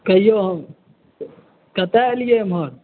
कहियौ हन कतय एलियै एम्हर